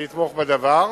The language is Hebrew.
אני אתמוך בדבר,